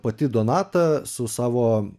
pati donata su savo